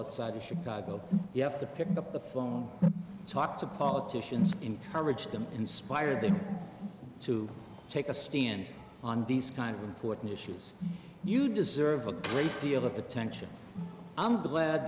outside of chicago you have to pick up the phone talk to politicians encourage them inspire them to take a stand on these kind of important issues you deserve a great deal of attention i'm glad